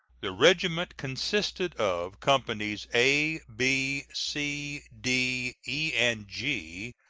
the regiment consisted of companies a, b, c, d, e, and g,